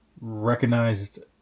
recognized